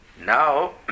Now